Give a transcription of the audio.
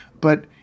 but-